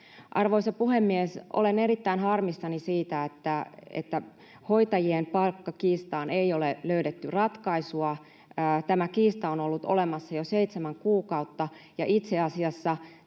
Arvoisa puhemies! Olen erittäin harmissani siitä, että hoitajien palkkakiistaan ei ole löydetty ratkaisua. Tämä kiista on ollut olemassa jo seitsemän kuukautta, ja itse asiassa